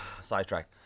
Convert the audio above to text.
sidetrack